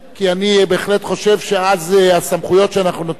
כי אני בהחלט חושב שאז הסמכויות שאנחנו נותנים